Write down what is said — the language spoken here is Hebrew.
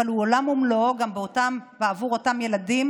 הרי הוא עולם ומלואו גם בעבור אותם ילדים